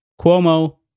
Cuomo